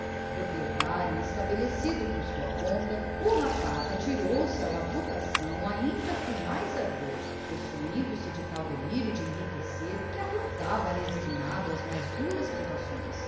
proprietário e estabelecido por sua conta o rapaz atirou-se à labutação ainda com mais ardor possuindo se de tal delírio de enriquecer que afrontava resignado as mais duras privações